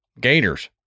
gators